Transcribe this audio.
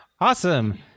Awesome